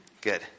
Good